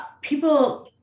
people